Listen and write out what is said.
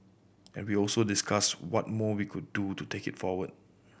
and we also discussed what more we could do to take it forward